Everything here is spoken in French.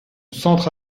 centre